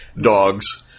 dogs